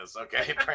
okay